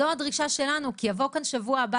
זו הדרישה שלנו כי יבוא כאן שבוע הבא